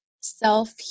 self